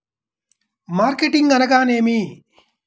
Marketing అనగానేమి?